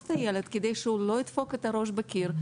את הילד כדי שהוא לא ידפוק את הראש בקיר,